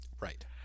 Right